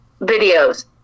videos